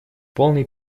полный